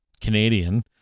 Canadian